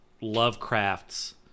Lovecraft's